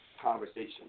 Conversation